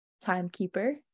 Timekeeper